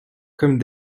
comme